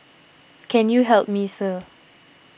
can you help me sir